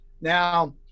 Now